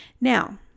Now